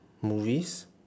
movies